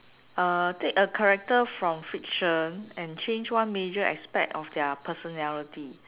uh take a character from fiction and change one major aspect of their personality